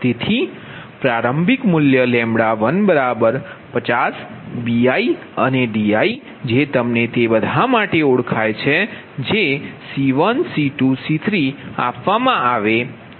તેથી પ્રારંભિક મૂલ્ય 50 bi અને di જે તમને તે બધા માટે ઓળખાય છે જે C1 C2 C3આપવામાં આવે છે